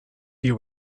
you